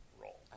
roll